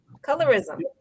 Colorism